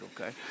okay